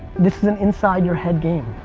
this is an inside your head game.